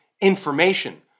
information